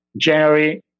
January